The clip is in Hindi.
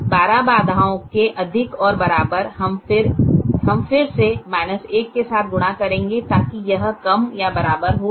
12 बाधाओं के अधिक और बराबर हम फिर से 1 के साथ गुणा करेंगे ताकि यह कम या बराबर हो जाए